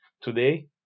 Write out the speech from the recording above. Today